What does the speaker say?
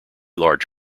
large